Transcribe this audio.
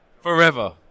Forever